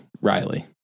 riley